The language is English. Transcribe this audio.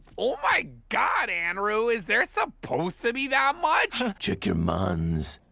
oh my god, andrew, is there supposed to be that much? check your mons?